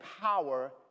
power